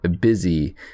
Busy